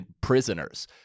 prisoners